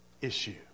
issue